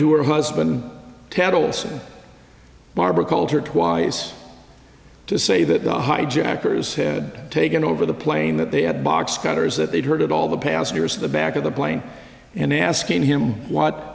to her husband ted olson barbara called her twice to say that the hijackers had taken over the plane that they had box cutters that they'd heard at all the passengers in the back of the plane and asking him what